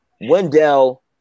Wendell